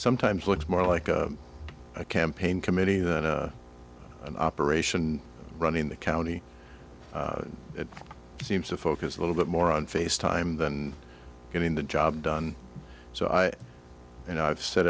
sometimes looks more like a campaign committee than an operation running the county it seems to focus a little bit more on face time than getting the job done so i and i've said